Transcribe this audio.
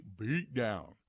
beatdown